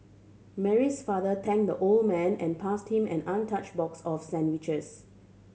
Mary's father thanked the old man and passed him an untouched box of sandwiches